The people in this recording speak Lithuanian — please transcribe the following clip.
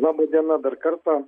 laba diena dar kartą